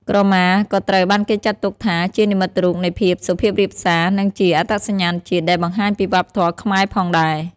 ក្រមាក៏ត្រូវបានគេចាត់ទុកថាជា និមិត្តរូបនៃភាពសុភាពរាបសារ និងជា អត្តសញ្ញាណជាតិ ដែលបង្ហាញពីវប្បធម៌ខ្មែរផងដែរ។